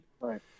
Right